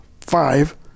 five